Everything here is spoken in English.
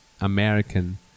American